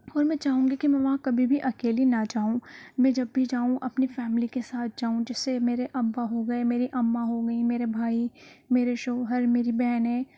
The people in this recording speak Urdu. اور میں چاہوں گی کہ میں وہاں کبھی بھی اکیلی نہ جاؤں میں جب بھی جاؤں اپنی فیملی کے ساتھ جاؤں جیسے میرے ابا ہو گئے میری اماں ہو گئی میرے بھائی میرے شوہر میری بہنیں